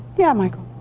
yeah, michael?